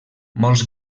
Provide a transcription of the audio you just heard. molts